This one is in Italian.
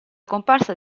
comparsa